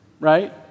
Right